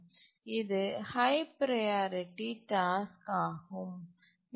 இது high priority task ஆகும்